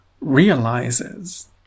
realizes